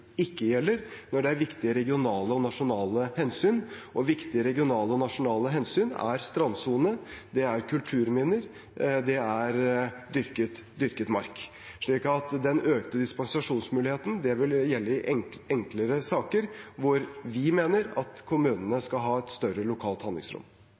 ikke gjelder når det er viktige regionale og nasjonale hensyn. Viktige regionale og nasjonale hensyn er strandsone, kulturminner og dyrket mark, slik at den økte dispensasjonsmuligheten vil gjelde i enklere saker hvor vi mener at kommunene skal ha et større lokalt handlingsrom.